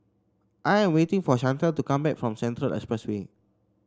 I am waiting for Shantel to come back from Central Expressway